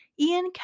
Ian